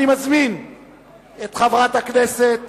אני מזמין את חברת הכנסת